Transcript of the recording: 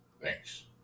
Thanks